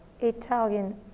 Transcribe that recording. Italian